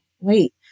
wait